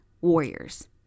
warriors